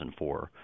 2004